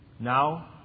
Now